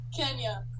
Kenya